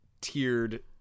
tiered